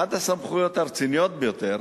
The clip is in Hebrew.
אחת הסמכויות הרציניות ביותר